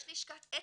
יש לשכת אתיקה.